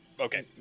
Okay